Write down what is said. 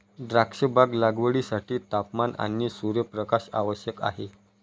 द्राक्षबाग लागवडीसाठी तापमान आणि सूर्यप्रकाश आवश्यक आहे